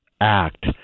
act